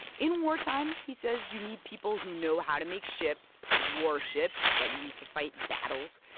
in wartime, he says, you need people who know how to make ships war ships that we use to fight battles.